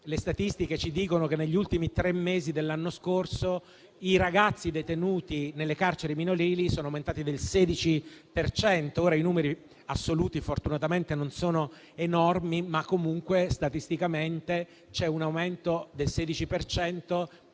le statistiche ci dicono che negli ultimi tre mesi dell'anno scorso il numero dei ragazzi detenuti nelle carceri minorili è aumentato del 16 per cento. I numeri assoluti fortunatamente non sono enormi, ma comunque statisticamente c'è stato un aumento del 16